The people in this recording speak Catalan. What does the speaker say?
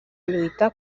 lluita